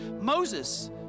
Moses